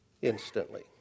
instantly